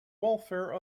welfare